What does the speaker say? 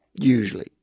Usually